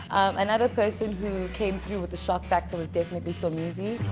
another person who came through with the shock factor was definitely somizi.